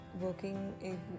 working